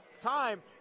time